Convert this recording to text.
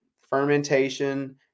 fermentation